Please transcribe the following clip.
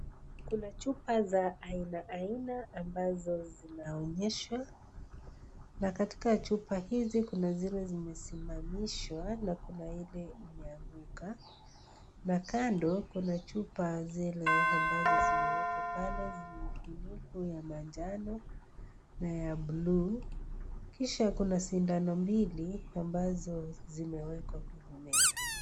Kuna chupa za aina aina ambazo zinaonyesha, na katita chupa hizi kuna zile zimesimamishwa na kuna ile imeanguka na kando kuna chupa zile ambazo zimewekwa pale zenye vifuniko za manjano na ya blue .Kisha kuna sindano mbili ambazo zimewekwa kwenye meza.